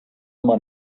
man